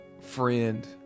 friend